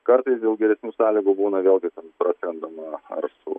kartais dėl geresnių sąlygų būna vėlgi praskrendama ar su